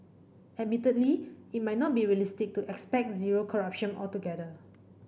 admittedly it might not be realistic to expect zero corruption altogether